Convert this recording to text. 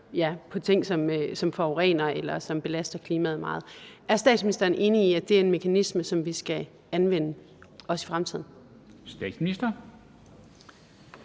på ting, som forurener eller belaster klimaet meget. Er statsministeren enig i, at det er en mekanisme, som vi skal anvende, også i fremtiden? Kl.